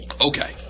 Okay